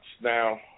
Now